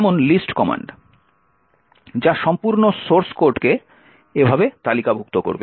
যেমন list command যা সম্পূর্ণ সোর্স কোডকে এভাবে তালিকাভুক্ত করবে